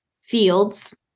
fields